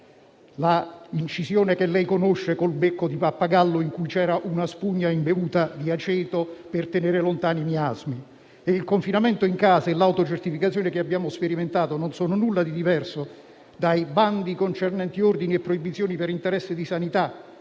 Presidente - con il becco di pappagallo, in cui c'era una spugna imbevuta di aceto per tenere lontani i miasmi. Il confinamento in casa e l'autocertificazione che abbiamo sperimentato non sono nulla di diverso dai bandi concernenti ordini e proibizioni per interesse di sanità,